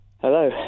hello